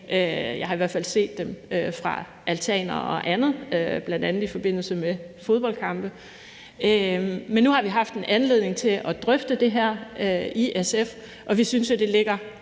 jeg har da i hvert fald set dem fra altaner og andre steder, bl.a. i forbindelse med fodboldkampe. Men nu har vi haft en anledning til at drøfte det her i SF, og vi synes, det ligger